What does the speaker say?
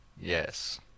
Yes